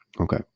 Okay